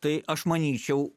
tai aš manyčiau